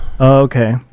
okay